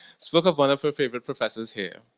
spoke of one of her favorite professors here.